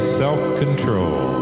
self-control